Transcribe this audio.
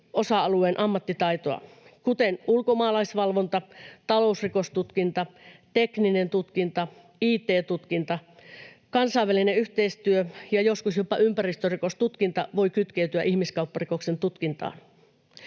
osa-alueen ammattitaitoa, kuten ulkomaalaisvalvontaa, talousrikostutkintaa, teknistä tutkintaa, it-tutkintaa, kansainvälistä yhteistyötä, ja joskus jopa ympäristörikostutkinta voi kytkeytyä ihmiskaupparikoksen tutkintaan.